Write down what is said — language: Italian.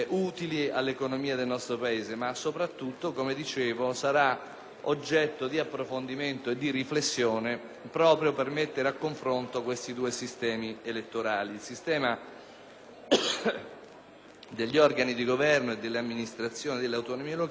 oggetto di approfondimento e di riflessione proprio per mettere a confronto i due sistemi elettorali, il sistema degli organi di governo e delle amministrazioni delle autonomie locali e l'elezione del Parlamento europeo.